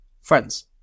friends